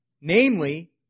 Namely